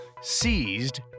seized